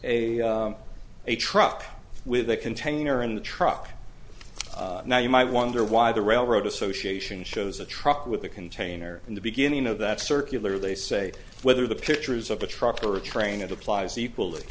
a a truck with a container in the truck now you might wonder why the railroad association shows a truck with a container in the beginning of that circular they say whether the pictures of a truck or a train it applies equally